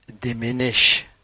diminish